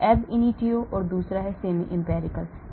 ab initio और दूसरा semi empirical है